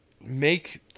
make